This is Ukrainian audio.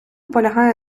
полягає